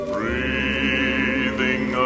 Breathing